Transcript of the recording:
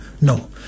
No